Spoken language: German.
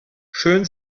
schön